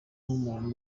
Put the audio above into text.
nk’umuntu